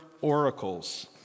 oracles